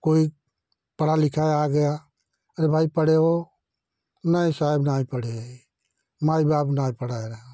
कोई पढ़ा लिखा आ गया अरे भाई पढ़े हो नहीं साहब नहीं पढ़े हैं माँ बाप नहीं पढ़ाए हैं